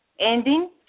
ending